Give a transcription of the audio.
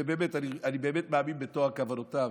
ואני באמת מאמין בטוהר כוונותיו.